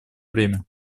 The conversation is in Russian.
время